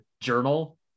journal